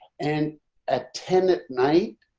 and at ten at night.